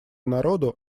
народу